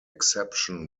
exception